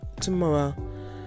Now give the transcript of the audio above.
tomorrow